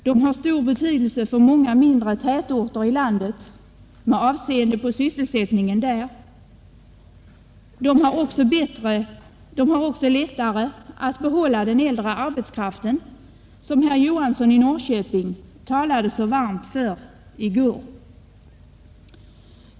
De har stor betydelse för många mindre tätorter i landet med avseende på sysselsättningen där. De har också lättare att behålla den äldre arbetskraften, som herr Johansson i Norrköping talade så varmt för i går.